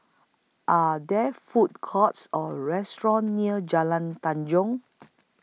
Are There Food Courts Or restaurants near Jalan Tanjong